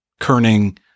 kerning